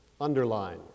underline